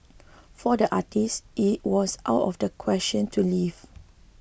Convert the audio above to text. for the artist it was out of the question to leave